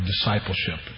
discipleship